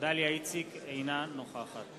אינה נוכחת